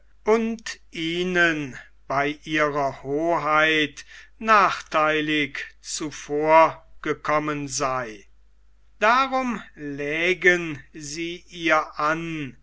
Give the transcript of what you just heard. und ihnen bei ihrer hoheit nachtheilig zuvorgekommen sei darum lägen sie ihr an